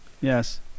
Yes